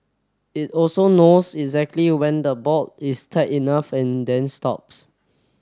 it also knows exactly when the bolt is tight enough and then stops